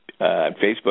Facebook